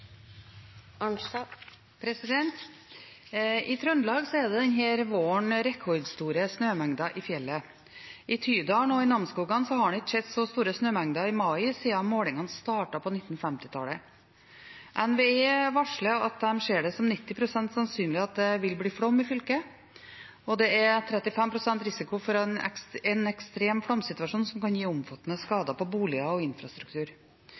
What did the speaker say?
skal være i forkant av store skader som kan oppstå. «I Trøndelag er det denne våren rekordstore snømengder i fjellet. I Tydal og Namsskogan har man ikke hatt så store snømengder i mai siden målingene startet på 1950-tallet. NVE ser det som 90 pst. sannsynlig at det vil bli flom i fylket. Det er 35 pst. risiko for en ekstrem flomsituasjon som kan gi omfattende skader på boliger og infrastruktur.